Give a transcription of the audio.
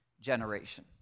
generation